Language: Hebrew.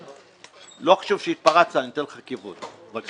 לא חשוב שהתפרצת, אני אתן לך כבוד, בבקשה.